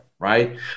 right